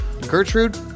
Gertrude